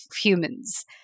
humans